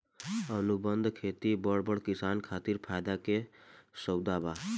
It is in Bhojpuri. अनुबंध खेती बड़ बड़ किसान खातिर फायदा के सउदा बा